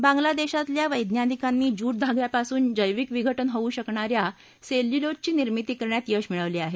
बांगलादेशातल्या वैज्ञानिकांनी ज्यूट धाग्यापासून जैविक विघटन होऊ शकणा या सेक्यूलोजची निर्मिती करण्यात यश मिळवलं आहे